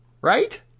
right